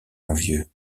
envieux